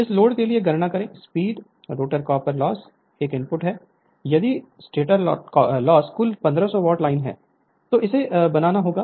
इस लोड के लिए गणना करें स्लिप रोटर कॉपर लॉस एक इनपुट हैं यदि स्टेटर लॉस कुल 1500 वॉट लाइन है तो इसे बनाना होगा